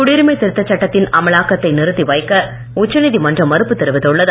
குடியுரிமை திருத்த சட்டத்தின் அமலாக்கத்தை நிறுத்தி வைக்க உச்சநீதிமன்றம் மறுப்பு தெரிவித்துள்ளது